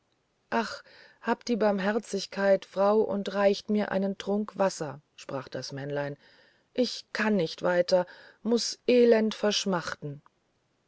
ach habt die barmherzigkeit frau und reichet mir nur einen trunk wasser sprach das männlein ich kann nicht weiter muß elend verschmachten